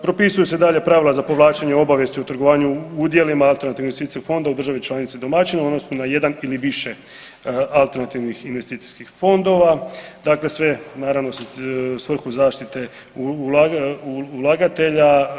Propisuju se dalje pravila za povlačenje obavijesti o trgovanju udjelima alternativnih investicijskih fond u državi članici domaćinu odnosno na jedan ili više alternativnih investicijskih fondova, dakle sve naravno u svrhu zaštite ulagatelja.